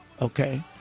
Okay